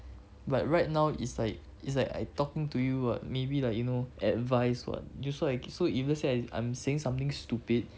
but right now it's like it's like I talking to you [what] maybe like you know advice [what] you also like so if let's say I I'm saying something stupid